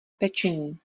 pečení